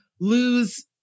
lose